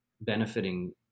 benefiting